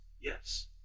yes